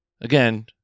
Again